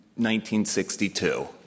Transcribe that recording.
1962